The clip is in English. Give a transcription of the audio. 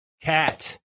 Cat